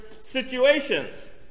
situations